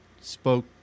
spoke